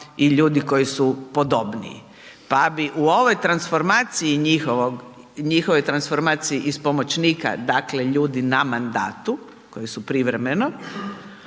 i ljudi koji su podobniji. Pa bi u ovoj transformaciji, njihovoj transformaciji iz pomoćnika, dakle, ljudi na mandatu koji su privremeno,